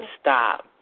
stop